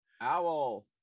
Owl